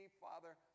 Father